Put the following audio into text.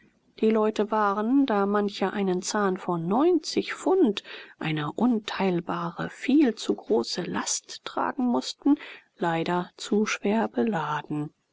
die leute waren da manche einen zahn von pfund eine unteilbare viel zu große last tragen mußten leider zu schwer beladen